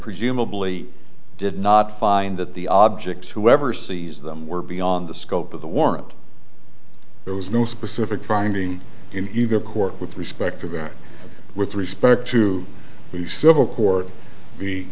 presumably did not find that the objects whoever sees them were beyond the scope of the warrant there was no specific finding in either court with respect to that with respect to the civil court the